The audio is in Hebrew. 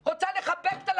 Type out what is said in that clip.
במגבלות,